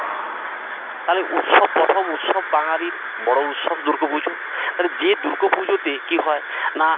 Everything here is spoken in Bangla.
তাহলে উৎসব প্রথম উৎসব বাঙালির বড়ো উৎসব দুর্গা পুজো তাহলে যে দুর্গা পুজোতে কী হয় না